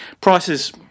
Prices